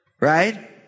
right